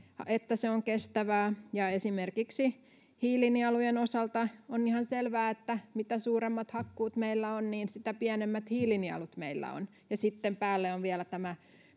että se on kestävää ja esimerkiksi hiilinielujen osalta on ihan selvää että mitä suuremmat hakkuut meillä on sitä pienemmät hiilinielut meillä on sitten päälle on vielä tämä